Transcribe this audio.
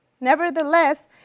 Nevertheless